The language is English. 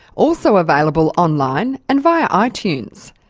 also available online and via ah itunes.